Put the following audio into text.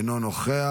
אינו נוכח,